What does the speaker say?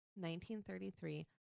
1933